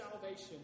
salvation